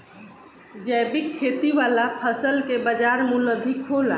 जैविक खेती वाला फसल के बाजार मूल्य अधिक होला